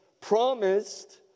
promised